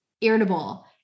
Irritable